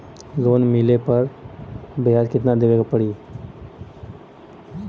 Loan मिलले पर ब्याज कितनादेवे के पड़ी?